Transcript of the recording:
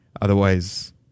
Otherwise